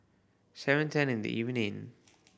seven ten in the evening